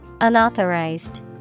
Unauthorized